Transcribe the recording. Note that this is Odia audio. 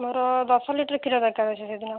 ମୋର ଦଶ ଲିଟର୍ କ୍ଷୀର ଦରକାର ଅଛି ସେ ଦିନ